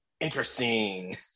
interesting